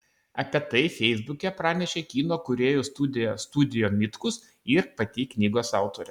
apie tai feisbuke pranešė kino kūrėjų studija studio mitkus ir pati knygos autorė